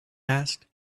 asked